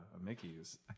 Mickey's